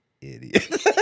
idiot